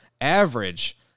average